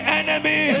enemy